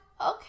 okay